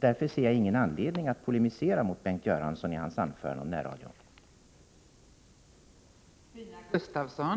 Därför ser jag ingen anledning att polemisera mot Bengt Göranssons anförande om närradion.